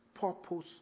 purpose